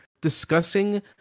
discussing